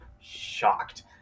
shocked